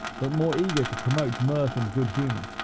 but more eager to promote mirth and good humor.